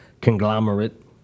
conglomerate